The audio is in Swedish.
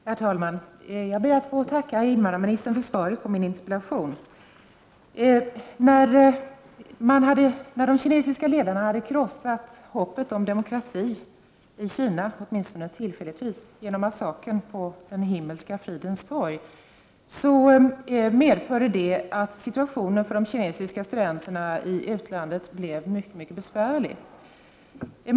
Herr talman! Jag ber att få tacka invandrarministern för svaret på min interpellation. När de kinesiska ledarna, åtminstone tillfälligt, hade krossat hoppet om demokrati i Kina genom massakern på Himmelska Fridens torg blev situationen för de kinesiska studenterna i utlandet mycket besvärlig.